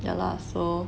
yeah lah so